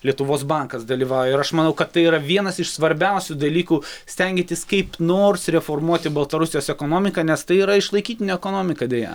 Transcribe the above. lietuvos bankas dalyvauja ir aš manau kad tai yra vienas iš svarbiausių dalykų stengiantis kaip nors reformuoti baltarusijos ekonomiką nes tai yra išlaikytinė ekonomika deja